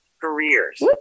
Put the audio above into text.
careers